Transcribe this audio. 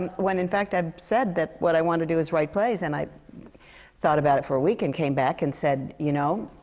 um when in fact i've said that what i wanted to do is write plays. and i thought about it for a week and came back and said, you know,